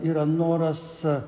yra noras